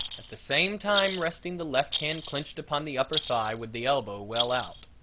at the same time resting the left hand clenched upon the upper thigh with the elbow well out